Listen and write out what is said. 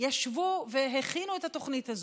ישבו והכינו את התוכנית הזאת.